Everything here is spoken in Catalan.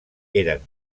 eren